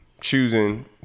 choosing